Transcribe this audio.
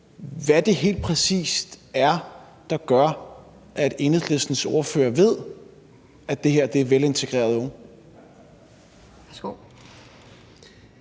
hvad det helt præcis er, der gør, at Enhedslistens ordfører ved, at det her er velintegrerede unge?